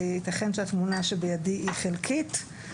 וייתכן שהתמונה בידי היא חלקית,